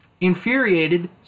Infuriated